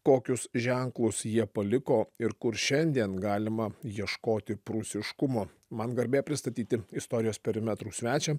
kokius ženklus jie paliko ir kur šiandien galima ieškoti prūsiškumo man garbė pristatyti istorijos perimetrų svečią